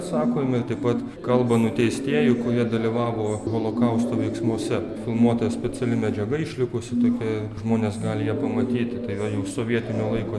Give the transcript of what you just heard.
sakomi ir taip pat kalba nuteistieji kurie dalyvavo holokausto veiksmuose filmuota speciali medžiaga išlikusi tokia žmonės gali ją pamatyti tai yra jau sovietinio laiko